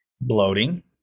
Bloating